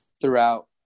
throughout